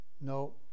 No